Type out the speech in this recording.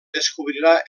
descobrirà